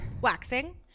Waxing